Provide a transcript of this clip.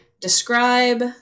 describe